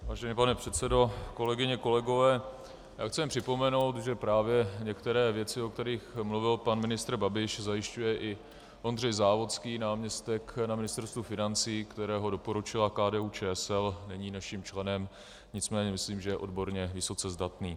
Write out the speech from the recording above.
Vážený pane předsedo, kolegyně, kolegové, chci jen připomenout, že právě některé věci, o kterých mluvil pan ministr Babiš, zajišťuje i Ondřej Závodský, náměstek na Ministerstvu financí, kterého doporučila KDUČSL, není naším členem, nicméně myslím, že je odborně vysoce zdatný.